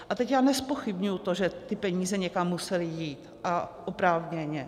A teď já nezpochybňuji to, že ty peníze někam musely jít a oprávněně.